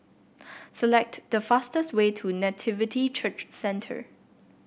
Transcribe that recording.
select the fastest way to Nativity Church Centre